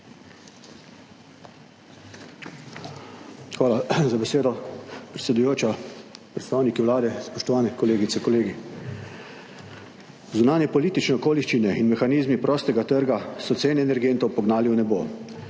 Hvala za besedo, predsedujoča. Predstavniki Vlade, spoštovane kolegice, kolegi! Zunanje politične okoliščine in mehanizmi prostega trga so cene energentov pognali v nebo.